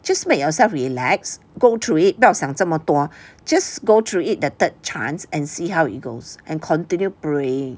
just make yourself relax go through it 不要想这么多 just go through it the third chance and see how it goes and continue praying